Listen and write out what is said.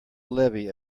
levy